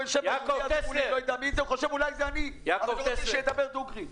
--- אולי זה אני, אז אני רוצה שהוא ידבר דוגרי.